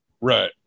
Right